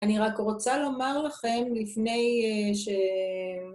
אני רק רוצה לומר לכם לפני ש...